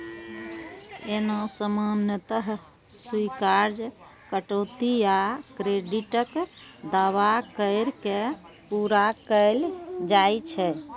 एना सामान्यतः स्वीकार्य कटौती आ क्रेडिटक दावा कैर के पूरा कैल जाइ छै